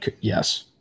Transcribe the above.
yes